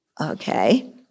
Okay